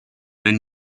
and